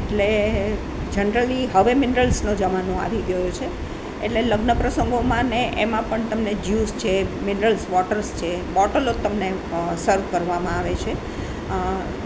એટલે જનરલી હવે મિનરલ્સનો જમાનો આવી ગયો છે એટલે લગ્ન પ્રસંગોમાં અને એમાં પણ તમને જ્યુસ છે મિનરલ્સ વૉટર્સ છે બોટલો તમને સર્વ કરવામાં આવે છે